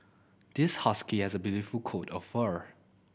this husky has a beautiful coat of fur